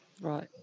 Right